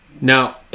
Now